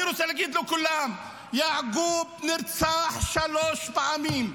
אני רוצה להגיד לכולם: יעקוב נרצח שלוש פעמים.